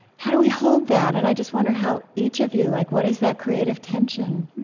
how do we hold that? and i just wonder how each of you like what is that creative tension?